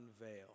unveil